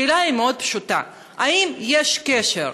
השאלה היא מאוד פשוטה: האם יש קשר,